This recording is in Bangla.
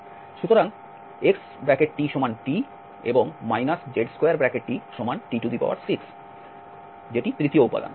সুতরাং xtt এবং z2tt6 তৃতীয় উপাদান